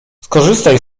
skorzystaj